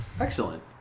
Excellent